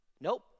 Nope